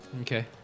Okay